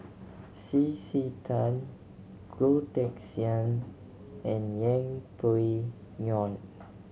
C C Tan Goh Teck Sian and Yeng Pway Ngon